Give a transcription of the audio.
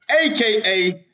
aka